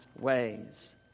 ways